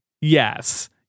Yes